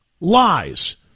lies